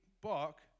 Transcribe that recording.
book